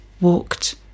walked